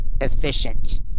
efficient